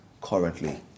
currently